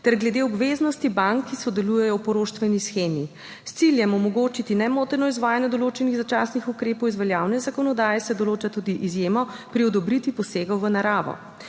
ter glede obveznosti bank, ki sodelujejo v poroštveni shemi. S ciljem omogočiti nemoteno izvajanje določenih začasnih ukrepov iz veljavne zakonodaje, se določa tudi izjemo pri odobritvi posegov v naravo.